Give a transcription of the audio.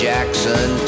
Jackson